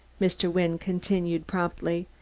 mr. wynne continued promptly.